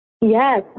Yes